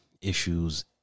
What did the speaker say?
issues